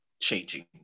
changing